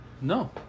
No